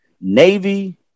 Navy